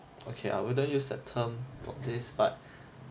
okay I wouldn't use that term for this but